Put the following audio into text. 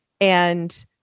And-